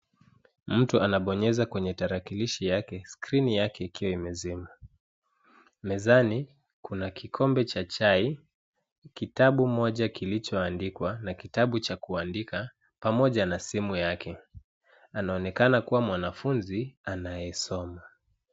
Mtu anabonyeza kwenye tarakilishi yake skrini yake ikiwa imezima. Mezani kuna kikombe cha chai, kitabu moja kilichoandikwa, na kitabu cha kuandika, pamoja na simu yake. Anaonekana kuwa mwanafunzi anayesoma.